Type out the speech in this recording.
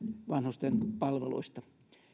vanhusten palveluista